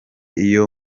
iyo